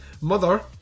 Mother